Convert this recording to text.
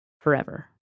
forever